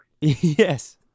Yes